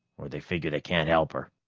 or they figure they can't help her.